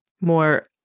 more